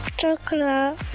Chocolate